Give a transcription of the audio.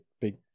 big